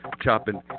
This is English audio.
chopping